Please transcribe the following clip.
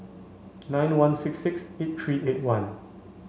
nine one six six eight three eight one